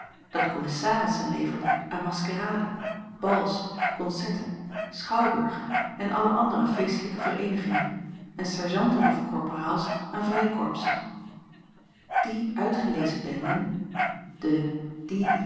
dat kommissarissen levert aan maskaraden bals koncerten schouwburgen en alle andere feestelijke vereenigingen en sergeanten of korporaals aan vrijkorpsen die uitgelezen bende de